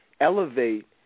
elevate